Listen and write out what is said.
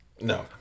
No